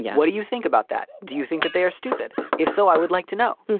yeah what do you think about that? do you think that they are stupid? if so, i would like to know.